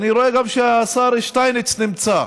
אני רואה שגם השר שטייניץ נמצא: